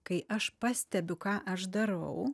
kai aš pastebiu ką aš darau